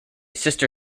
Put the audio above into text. sister